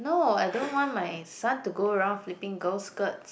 no I don't want my son to go around flipping girls' skirts